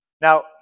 Now